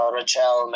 Rachel